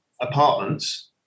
apartments